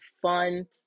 fun